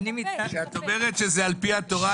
כשאת אומרת שזה על פי התורה,